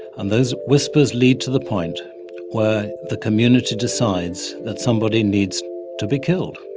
and those whispers lead to the point where the community decides that somebody needs to be killed,